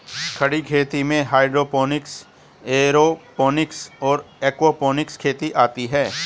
खड़ी खेती में हाइड्रोपोनिक्स, एयरोपोनिक्स और एक्वापोनिक्स खेती आती हैं